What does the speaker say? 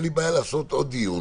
אין לי בעיה לעשות עוד דיון